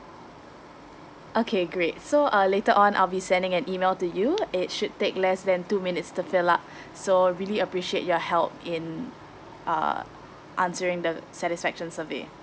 okay great so uh later on I'll be sending an email to you it should take less than two minutes to fill up so really appreciate your help in uh answering the satisfaction survey